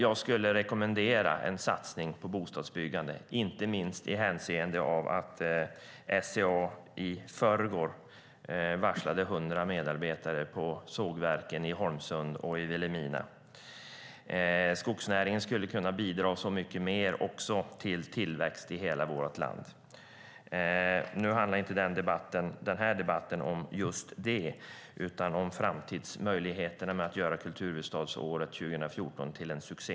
Jag skulle rekommendera en satsning på bostadsbyggande, inte minst med hänsyn till att SCA i förrgår varslade 100 medarbetare på sågverken i Holmsund och i Vilhelmina. Skogsnäringen skulle kunna bidra mycket mer till tillväxt i hela vårt land. Nu handlar inte den här debatten om just det utan om framtidsmöjligheterna när det gäller att göra kulturhuvudstadsåret 2014 till en succé.